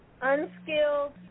unskilled